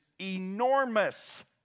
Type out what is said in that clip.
enormous